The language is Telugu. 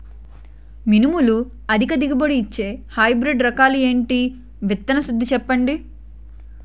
మినుములు అధిక దిగుబడి ఇచ్చే హైబ్రిడ్ రకాలు ఏంటి? విత్తన శుద్ధి చెప్పండి?